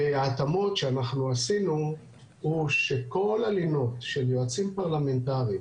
וההתאמות שאנחנו עשינו הן שכל הלינות של יועצים פרלמנטריים